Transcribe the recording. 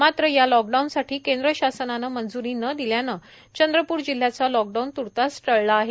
मात्र या लॉकडाऊन साठी केंद्र शासनाने मंजुरी न दिल्याने चंद्रपूर जिल्ह्याचा लॉकडाऊन तूर्तास तरी टाळला आहे